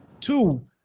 Two